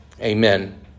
amen